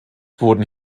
wurden